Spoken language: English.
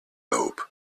hope